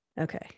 Okay